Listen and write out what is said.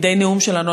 מדי נאום שלנו,